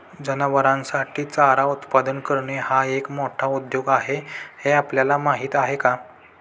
जनावरांसाठी चारा उत्पादन करणे हा एक मोठा उद्योग आहे हे आपल्याला माहीत आहे का?